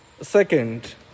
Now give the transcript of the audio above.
Second